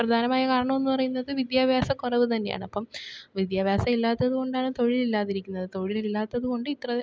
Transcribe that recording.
പ്രധാനമായ കാരണം എന്ന് പറയുന്നത് വിദ്യാഭ്യാസ കുവ് തന്നെയാണ് അപ്പം വിദ്യാഭ്യാസം ഇല്ലാത്തത് കൊണ്ടാണ് തൊഴിൽ ഇല്ലാതിരിക്കുന്നത് തൊഴിൽ ഇല്ലാത്തത് കൊണ്ട് ഇത്ര